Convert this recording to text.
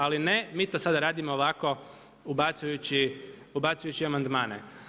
Ali ne, mi to sada radimo ovako ubacujući amandmane.